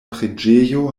preĝejo